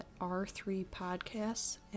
r3podcasts